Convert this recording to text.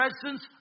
presence